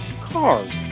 cars